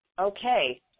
okay